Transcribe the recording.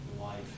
life